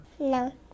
No